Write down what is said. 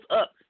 up